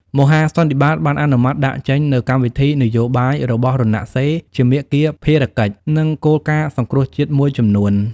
មហាសន្និបាតបានអនុម័តដាក់ចេញ នូវកម្មវិធីនយោបាយរបស់រណសិរ្យ ជាមាគ៌ា ភារកិច្ច និងគោលការណ៍សង្គ្រោះជាតិមួយចំនួន។